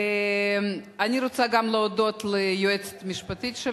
אני רוצה גם להודות ליועצת המשפטית של